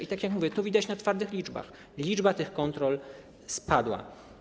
I tak jak mówię, to widać na twardych liczbach, że liczba tych kontroli spadła.